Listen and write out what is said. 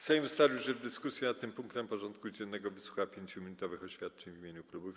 Sejm ustalił, że w dyskusji nad tym punktem porządku dziennego wysłucha 5-minutowych oświadczeń w imieniu klubów i kół.